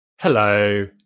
Hello